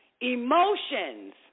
Emotions